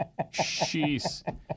Sheesh